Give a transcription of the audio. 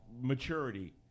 maturity